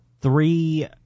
three